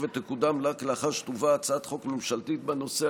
ותקודם רק לאחר שתובא הצעת חוק ממשלתית בנושא.